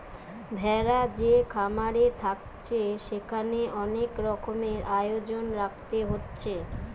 ভেড়া যে খামারে থাকছে সেখানে অনেক রকমের আয়োজন রাখতে হচ্ছে